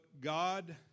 God